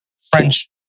French